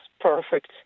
perfect